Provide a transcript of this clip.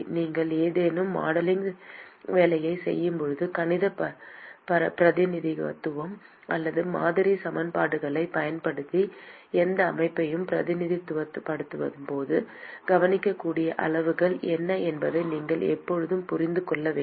நீங்கள் ஏதேனும் மாடலிங் வேலையைச் செய்யும்போது கணிதப் பிரதிநிதித்துவம் அல்லது மாதிரி சமன்பாடுகளைப் பயன்படுத்தி எந்த அமைப்பையும் பிரதிநிதித்துவப்படுத்தும்போது கவனிக்கக்கூடிய அளவுகள் என்ன என்பதை நீங்கள் எப்போதும் புரிந்து கொள்ள வேண்டும்